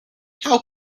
how